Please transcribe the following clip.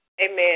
Amen